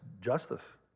justice